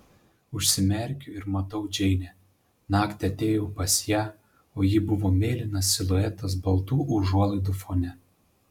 užsimerkiu ir matau džeinę naktį atėjau pas ją o ji buvo mėlynas siluetas baltų užuolaidų fone